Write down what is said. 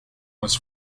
was